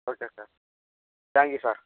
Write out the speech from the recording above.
okay sir thank sir sir